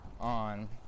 on